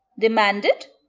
demanded,